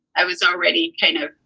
i was already kind of,